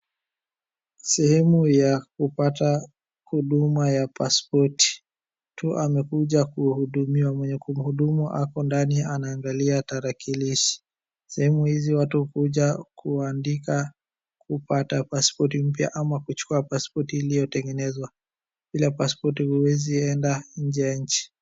Sehemu ya kupata huduma ya pasipoti. Mtu amekuja kuhudumiwa. Mwenye kumhudumu ako ndani anangh\alia tarakilishi. Sehemu hizi watu hukuja kuandika kupata pasipoti mpya ama kuchua pasipoti iliyotengenezwa. Bila pasipoto huezi enda nje ya nchi.